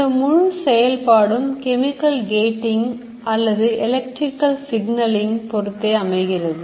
இந்த முழு செயல்பாடும் chemical gating அல்லது electrical signalling ஐ பொறுத்தே அமைகிறது